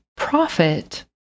profit